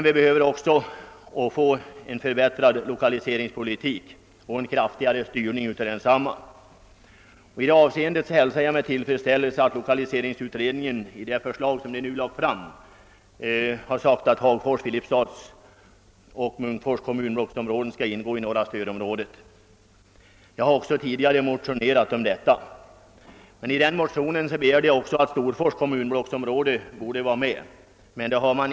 Vi behöver också en förbättring av lokaliseringspolitiken och en kraftigare styrning av denna. I det avseendet hälsar jag med tillfredsställelse att lokaliseringsutredningen i sitt nu framlagda betänkande föreslår att Hagfors, Filipstads och Munkfors kommunblocksområde skall ingå i det norra stödområdet. Jag har tidigare motionerat härom. I min motion yrkade jag emellertid också att Storfors kommunblocksområde skulle tillhöra norra stödområdet.